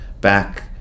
back